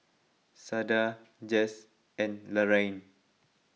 Sada Jess and Laraine